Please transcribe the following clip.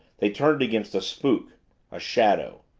they turned against a spook a shadow.